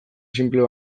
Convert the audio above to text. sinplea